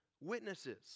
witnesses